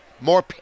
more